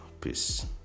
peace